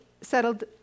settled